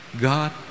God